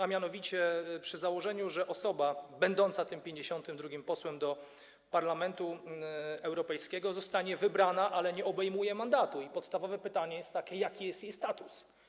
A mianowicie przy założeniu, że osoba będąca tym 52. posłem do Parlamentu Europejskiego zostanie wybrana, ale nie obejmuje mandatu, podstawowe pytanie jest takie, jaki jest jej status.